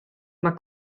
mae